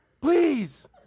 Please